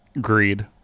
Greed